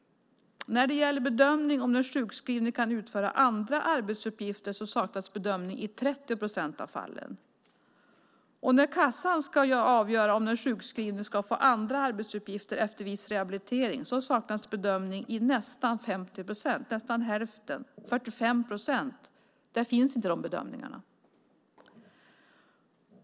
När det gäller bedömning av om den sjukskrivne kan utföra andra arbetsuppgifter saknas en sådan bedömning i 30 procent av fallen. När Försäkringskassan ska avgöra om den sjukskrivne ska få andra arbetsuppgifter efter viss rehabilitering saknas en sådan bedömning i nästan hälften av fallen. I 45 procent av fallen finns inte de bedömningarna.